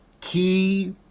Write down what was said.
key